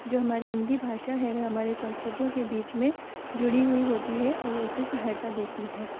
जो हमारी हिंदी भाषा है वह हमारी संस्कृतियों के बीच में जुड़ी हुई होती है और उसे सहायता देती है